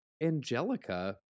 Angelica